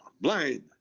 blind